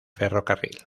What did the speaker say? ferrocarril